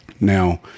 Now